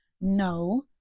no